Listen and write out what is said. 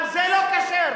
גם זה לא כשר?